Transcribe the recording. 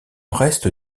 reste